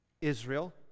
Israel